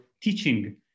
teaching